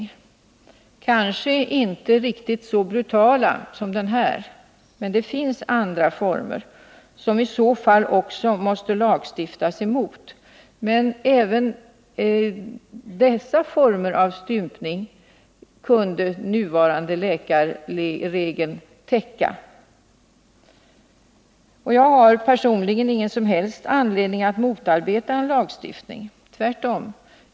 De kanske inte är riktigt lika brutala som den här typen, men det finns ändå andra former, som vi i så fall också måste lagstifta emot. Även dessa former av stympning kan den nuvarande läkarregeln täcka. Jag har personligen ingen som helst anledning att motarbeta en sådan lagstiftning — tvärtom.